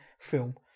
film